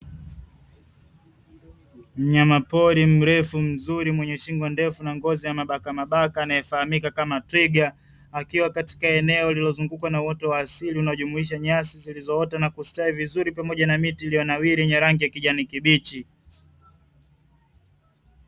Mnyamapori mrefu mzuri mwenye shingo ndefu na ngozi ya mabakamabaka anayefahamika kama twiga. akiwa katika eneo lililozungukwa na uoto wa asili unaojumuisha nyasi zilizoota na kustawi vizuri pamoja na miti iliyonawiri yenye rangi ya kijani kibichi.